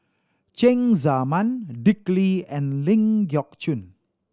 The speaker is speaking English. Cheng Tsang Man Dick Lee and Ling Geok Choon